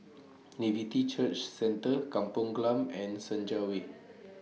Nativity Church Centre Kampong Glam and Senja Way